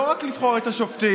לא רק לבחור את השופטים.